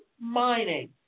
mining